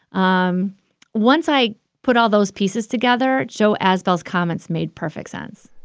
um once i put all those pieces together, joe azbell's comments made perfect sense.